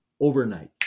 overnight